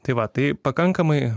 tai va tai pakankamai